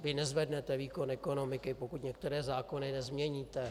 Vy nezvednete výkon ekonomiky, pokud některé zákony nezměníte.